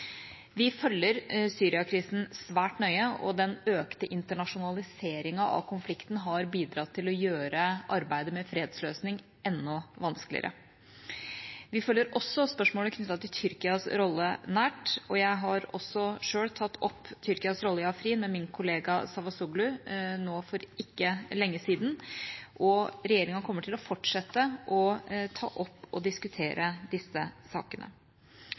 Vi følger Syria-krisen svært nøye, og den økte internasjonaliseringen av konflikten har bidratt til å gjøre arbeidet med en fredsløsning enda vanskeligere. Vi følger også spørsmålet knyttet til Tyrkias rolle nært, og jeg har selv tatt opp Tyrkias rolle i Afrin med min kollega Cavusoglu nå for ikke lenge siden. Regjeringa kommer til å fortsette å ta opp og diskutere disse sakene.